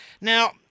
Now